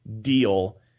deal